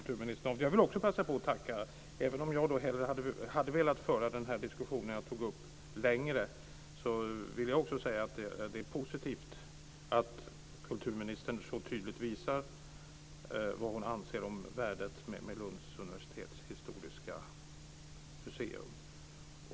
Fru talman! Jag vill också passa på att tacka kulturministern. Även om jag hellre hade velat föra den diskussion som jag tog upp längre vill jag säga att jag tycker att det är positivt att kulturministern så tydligt visar vad hon anser om värdet av Lunds universitets historiska museum.